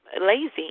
lazy